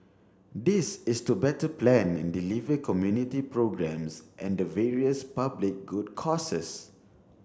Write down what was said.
this is to better plan and deliver community programmes and the various public good causes